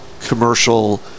commercial